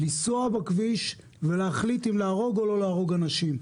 לנסוע בכביש ולהחליט אם להרוג או לא להרוג אנשים.